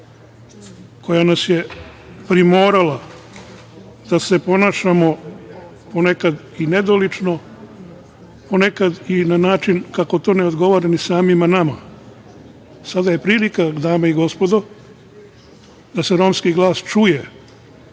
koja nas je primorala da se ponašamo ponekad i nedolično, ponekad i na način kako to ne odgovara ni samima nama. Sada je prilika, dame i gospodo, da se romski glas čuje